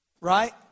right